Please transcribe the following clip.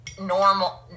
normal